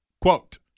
Quote